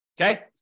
Okay